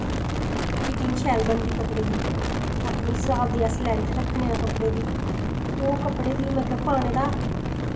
fitting शैल बनदी कपड़ें दी अपने स्हाब दी अस लैंथ रक्खने आं कपड़े दी ओह् कपड़े दी मतलब पानें दा